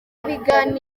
ibiganiro